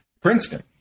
Princeton